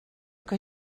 que